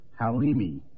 Halimi